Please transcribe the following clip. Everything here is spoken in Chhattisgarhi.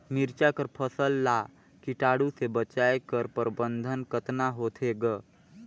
मिरचा कर फसल ला कीटाणु से बचाय कर प्रबंधन कतना होथे ग?